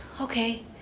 okay